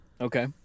Okay